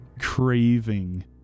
craving